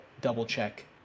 double-check